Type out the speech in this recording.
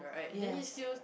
yes